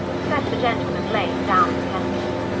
said the gentleman, laying down the pen again.